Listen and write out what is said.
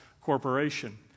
corporation